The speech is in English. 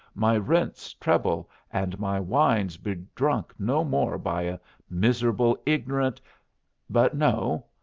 my rents treble, and my wines be drunk no more by a miserable, ignorant but, no!